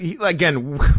again